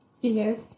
Yes